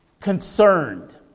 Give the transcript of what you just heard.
concerned